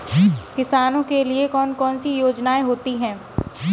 किसानों के लिए कौन कौन सी योजनायें होती हैं?